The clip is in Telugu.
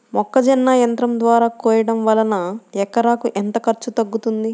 మొక్కజొన్న యంత్రం ద్వారా కోయటం వలన ఎకరాకు ఎంత ఖర్చు తగ్గుతుంది?